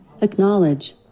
acknowledge